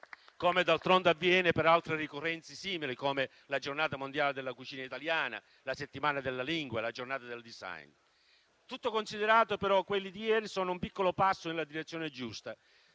come d'altronde avviene per altre ricorrenze simili, come la giornata mondiale della cucina italiana, la settimana della lingua, la giornata del *design*. Tutto considerato però quelli di ieri sono un piccolo passo nella direzione giusta.